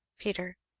peter?